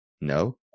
No